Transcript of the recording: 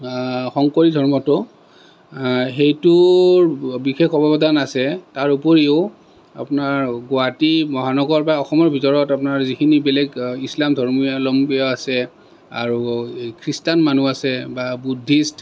শংকৰী ধৰ্মটো সেইটোৰ বিশেষ অৱদান আছে তাৰ উপৰিও আপোনাৰ গুৱাহাটী মহানগৰ বা অসমৰ ভিতৰত আপোনাৰ যিখিনি বেলেগ ইছলাম ধৰ্মাৱলম্বী আছে আৰু খ্ৰীষ্টান মানুহ আছে বা বুদ্ধিষ্ট